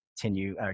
continue